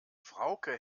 frauke